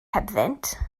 hebddynt